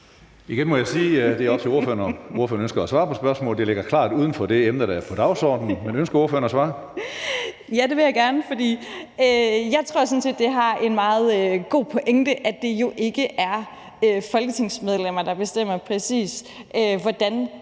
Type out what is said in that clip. det er op til ordføreren, om ordføreren ønsker at svare på spørgsmålet. Det ligger klart uden for det emne, der er på dagsordenen. Ønsker ordføreren at svare? Kl. 15:19 Lotte Rod (RV): Ja, det gør jeg, for jeg tror sådan set, det er en meget god pointe, at det jo ikke er folketingsmedlemmer, der bestemmer, præcis hvordan